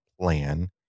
plan